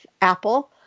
Apple